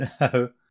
No